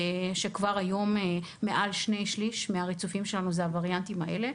כשכבר היום מעל שני שליש מהריצופים שלנו הם הווריאנטים האלה.